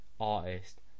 artist